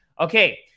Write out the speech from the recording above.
Okay